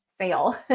sale